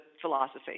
philosophy